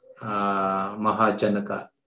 Mahajanaka